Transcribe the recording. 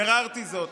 ביררתי זאת.